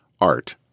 ART